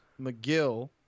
McGill